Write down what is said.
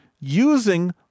using